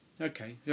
Okay